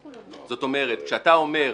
זאת אומרת, כשאתה אומר: